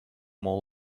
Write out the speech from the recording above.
more